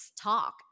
talk